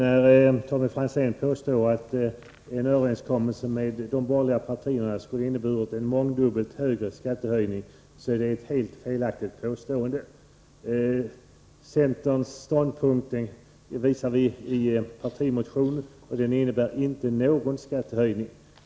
Fru talman! Tommy Franzéns påstående att överenskommelsen med de borgergliga partierna skulle ha inneburit mångdubbelt högre skattehöjningar är helt felaktigt. Centerns ståndpunkt anges i vår partimotion och innebär inte någon skattehöjning.